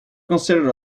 considered